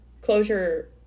closure